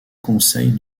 conseille